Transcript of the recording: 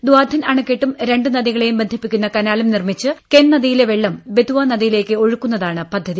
ദ്വോധൻ അണക്കെട്ടും രണ്ട് നദികളെയും ബന്ധിപ്പിക്കുന്ന കനാലും നിർമ്മിച്ച് കെൻ നദിയിലെ വെള്ളം ബെത് വ നദിയിലേക്ക് ഒഴുക്കുന്നതാണ് പദ്ധതി